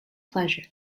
pleasure